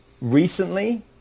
Recently